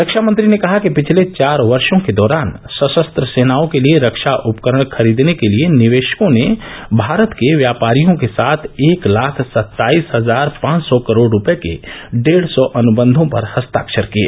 रक्षा मंत्री ने कहा कि पिछले चार वर्षो के दौरान सशस्त्र सेनाओं के लिए रक्षा उपकरण खरीदने के लिए निवेशकों ने भारत के व्यापारियों के साथ एक लाख सत्ताईस हजार पांच सौ करोड़ रूपये के डेढ़ सौ अनुबंधों पर हस्ताक्षर किए